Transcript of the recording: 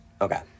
Okay